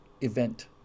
event